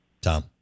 Tom